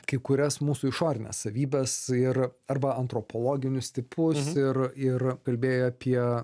kai kurias mūsų išorines savybes ir arba antropologinius tipus ir ir kalbėjai apie